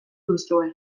duzue